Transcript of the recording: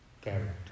Character